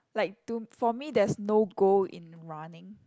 like to for me there is no goal in running